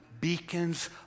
beacons